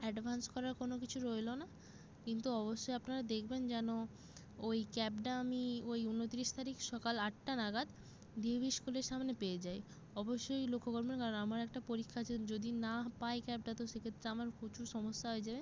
advance করার কোনো কিছু রইলো না কিন্তু অবশ্যই আপনারা দেখবেন যেন ওই ক্যাবটা আমি ওই উনতিরিশ তারিখ সকাল আটটা নাগাদ ডি এ ভি স্কুলের সামনে পেয়ে যাই অবশ্যই লক্ষ্য করবেন কারণ আমার একটা পরীক্ষা আছে যদি না পাই ক্যাবটা তো সেক্ষেত্রে আমার প্রচুর সমস্যা হয়ে যাবে